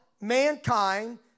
mankind